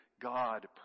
God